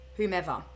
Whomever